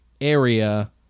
area